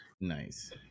Nice